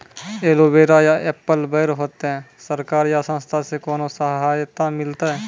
Aloe vera या apple बैर होते? सरकार या संस्था से कोनो सहायता मिलते?